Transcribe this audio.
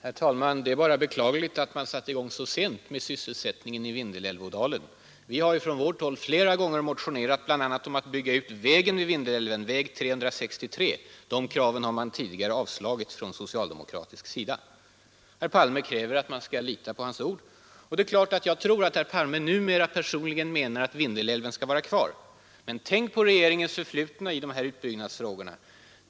Herr talman! Det är bara beklagligt att man satt i gång så sent med åtgärder för sysselsättningen i Vindelälvsdalen. Vi har från vårt håll flera gånger motionerat bl.a. om att bygga ut vägen vid Vindelälven, väg 363. Det kravet har man tidigare avslagit från socialdemokratisk sida. Herr Palme kräver att man skall lita på hans ord, och det är klart att jag tror att herr Palme numera menar att Vindelälven skall vara kvar. Men tänk på regeringens förflutna i de här utbyggnadsfrågorna!